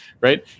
Right